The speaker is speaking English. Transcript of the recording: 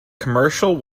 commercial